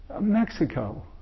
Mexico